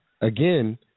again